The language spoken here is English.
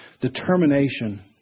determination